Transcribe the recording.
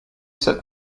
sit